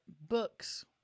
books